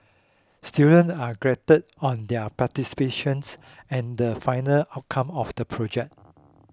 students are graded on their participations and the final outcome of the project